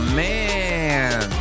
man